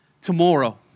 tomorrow